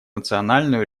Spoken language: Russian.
национальную